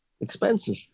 Expensive